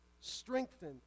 strengthen